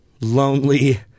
lonely